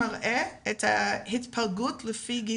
מראה את ההתפלגות לפי גילאים.